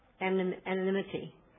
anonymity